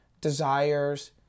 desires